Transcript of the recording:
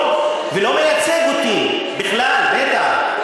לא מייצג אותי בכלל, בטח.